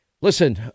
Listen